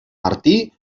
martí